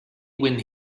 when